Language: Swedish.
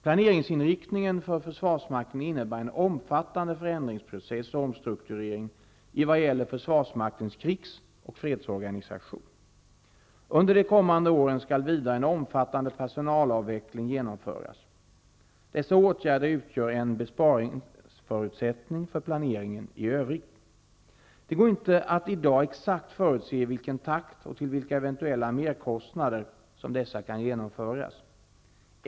Planeringsinriktningen för försvarsmakten innebär en omfattande förändringsprocess och omstrukturering i vad gäller försvarsmaktens krigsoch fredsorganisation. Under de kommande åren skall vidare en omfattande personalavveckling genomföras. Dessa åtgärder utgör en besparingsförutsättning för planeringen i övrigt. Det går inte att i dag exakt förutse i vilken takt och till vilka eventuella merkostnader som dessa kan genomföras.